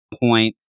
point